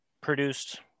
produced